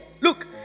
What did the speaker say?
look